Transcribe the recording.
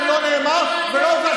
גם לא נאמר ולא,